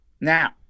Now